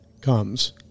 comes